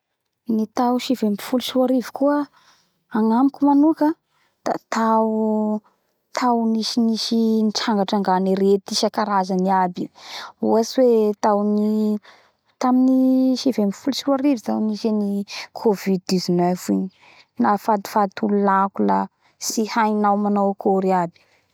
Ny tao sivy ambifolo sy roa arivo agnamiko manoka da tao nisy nisy nitrangatranga ny arety isakarazany aby ohatsy hoe tao ny taminy sivy ambifolo sy roa arivo nisy any COVID dix-neuf igny nahafatifaty olo lako la tsy hainao manao akory aby.